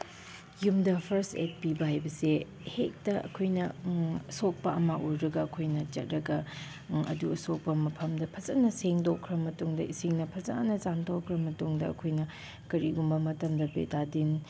ꯌꯨꯝꯗ ꯐꯥꯔꯁ ꯑꯦꯠ ꯄꯤꯕ ꯍꯥꯏꯕꯁꯦ ꯍꯦꯛꯇ ꯑꯩꯈꯣꯏꯅ ꯁꯣꯛꯄ ꯑꯃ ꯎꯔꯒ ꯑꯩꯈꯣꯏꯅ ꯆꯠꯂꯒ ꯑꯗꯨ ꯁꯣꯛꯄ ꯃꯐꯝꯗ ꯐꯖꯅ ꯁꯦꯡꯗꯣꯛꯈ꯭ꯔ ꯃꯇꯨꯡꯗ ꯏꯁꯤꯡꯅ ꯐꯖꯅ ꯆꯥꯝꯊꯣꯛꯈ꯭ꯔ ꯃꯇꯨꯡꯗ ꯑꯩꯈꯣꯏꯅ ꯀꯔꯤꯒꯨꯝꯕ ꯃꯇꯝꯗ ꯕꯦꯇꯥꯗꯤꯟ